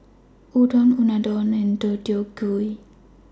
Udon Unadon and Deodeok Gui